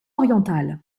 orientale